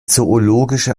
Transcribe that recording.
zoologische